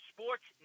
Sports